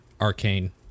Arcane